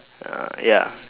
uh ya